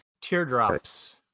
Teardrops